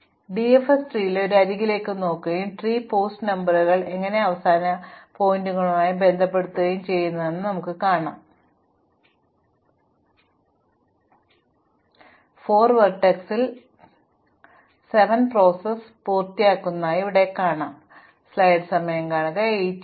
അതിനാൽ ഞാൻ എന്റെ ഡിഎഫ്എസ് ട്രീയിലെ ഒരു അരികിലേക്ക് നോക്കുകയും ട്രീ പോസ്റ്റ് നമ്പറുകൾ എന്നിവ അവസാന പോയിന്റുമായി ബന്ധപ്പെടുത്തുകയും ചെയ്താൽ എനിക്ക് ഫോർവേഡ് എഡ്ജ് ബാക്ക്വേർഡ് എഡ്ജ് എന്നിവയുടെ വാക്കുകൾ നിർണ്ണയിക്കാനാകും ഒടുവിൽ ക്രോസ് എഡ്ജുകളിൽ ഇത് മാറും ഇടവേളകൾ വിച്ഛേദിക്കപ്പെടുന്നു